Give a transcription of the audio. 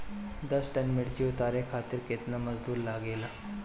दस टन मिर्च उतारे खातीर केतना मजदुर लागेला?